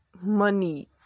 money